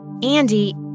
Andy